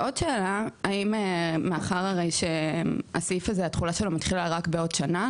ועוד שאלה: האם מאחר שתחולת הסעיף הזה מתחילה רק בעוד שנה,